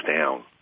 down